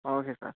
okay sir